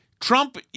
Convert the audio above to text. Trump